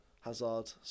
Hazard